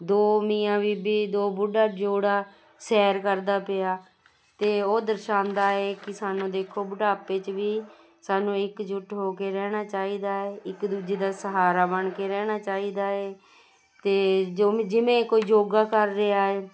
ਦੋ ਮੀਆਂ ਬੀਬੀ ਦੋ ਬੁੱਢਾ ਜੋੜਾ ਸੈਰ ਕਰਦਾ ਪਿਆ ਅਤੇ ਉਹ ਦਰਸ਼ਾਉਂਦਾ ਹੈ ਕਿ ਸਾਨੂੰ ਦੇਖੋ ਬੁਢਾਪੇ 'ਚ ਵੀ ਸਾਨੂੰ ਇੱਕ ਜੁੱਟ ਹੋ ਕੇ ਰਹਿਣਾ ਚਾਹੀਦਾ ਹੈ ਇੱਕ ਦੂਜੇ ਦਾ ਸਹਾਰਾ ਬਣ ਕੇ ਰਹਿਣਾ ਚਾਹੀਦਾ ਹੈ ਅਤੇ ਜੋ ਜਿਵੇਂ ਕੋਈ ਯੋਗਾ ਕਰ ਰਿਹਾ ਹੈ